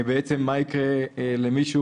מה יקרה למישהו